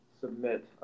submit